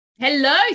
Hello